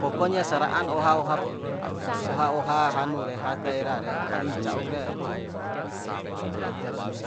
pokonya sara'an oha oha oha oha hanu re has daerah re paling ca'uk re ede pani